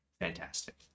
fantastic